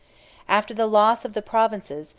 after the loss of the provinces,